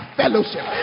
fellowship